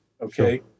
Okay